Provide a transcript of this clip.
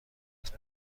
دست